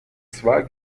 zwar